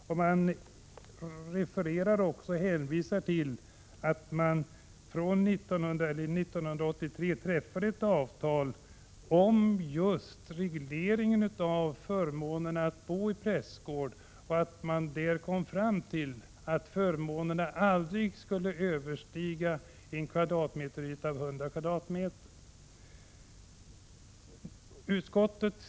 Skatteutskottet referar också att det 1983 träffades ett avtal, som gäller just reglering av förmånen att bo i prästgård. Man kom fram till att förmånerna aldrig skulle uppskattas till mer än 100 m? bostadsyta.